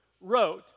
wrote